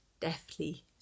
deftly